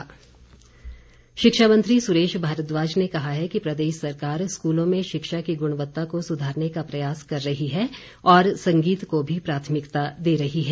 सुरेश भारद्वाज शिक्षा मंत्री सुरेश भारद्वाज ने कहा है कि प्रदेश सरकार स्कूलों में शिक्षा की गुणवत्ता को सुधारने का प्रयास कर रही है और संगीत को भी प्राथमिकता दे रही है